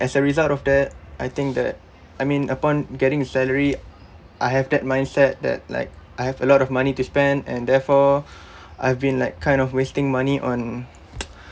as a result of that I think that I mean upon getting a salary I have that mindset that like I have a lot of money to spend and therefore I've been like kind of wasting money on